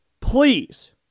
please